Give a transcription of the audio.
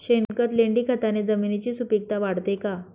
शेणखत, लेंडीखताने जमिनीची सुपिकता वाढते का?